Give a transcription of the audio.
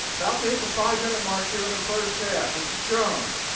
about to hit the five minute mark here in the first half. this is jones.